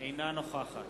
אינה נוכחת